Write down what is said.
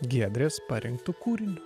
giedrės parinktu kūriniu